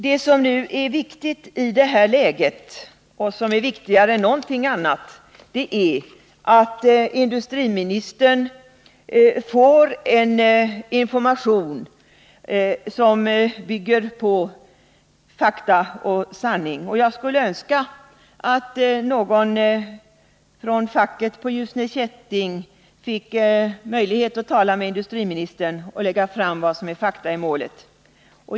Vad som i det här läget är viktigt och kanske viktigare än någonting annat är att industriministern får information som bygger på verkliga fakta. Jag skulle önska att någon från facket vid Ljusne Kätting fick möjlighet att tala med industriministern och lägga fram fakta i målet.